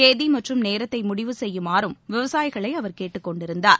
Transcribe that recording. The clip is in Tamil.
தேதி மற்றும் நேரத்தை முடிவு செய்யுமாறும் விவசாயிகளை அவர் கேட்டுக்கொணடிருந்தார்